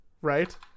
right